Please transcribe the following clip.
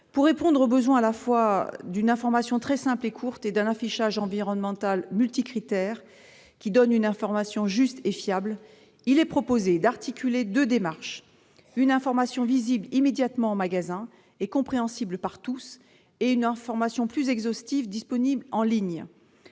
Pour répondre à la fois au besoin d'une information simple et courte et d'un affichage environnemental multicritères donnant une information juste et fiable, il est proposé d'articuler deux démarches : une information visible immédiatement en magasin et compréhensible par tous et une information plus exhaustive disponible en ligne.